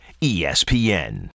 ESPN